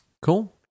Cool